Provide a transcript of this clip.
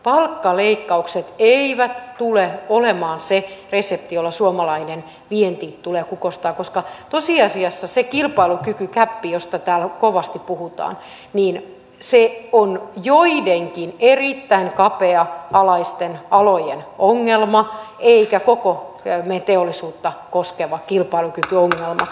palkkaleikkaukset eivät tule olemaan se resepti jolla suomalainen vienti tulee kukoistamaan koska tosiasiassa se kilpailukykygäppi josta täällä kovasti puhutaan on joidenkin erittäin kapea alaisten alojen ongelma eikä koko teollisuutta koskeva kilpailukykyongelma